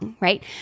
right